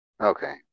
Okay